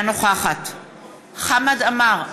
אינה נוכחת חמד עמאר,